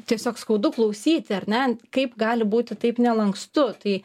tiesiog skaudu klausyti ar ne kaip gali būti taip nelankstu tai